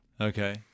Okay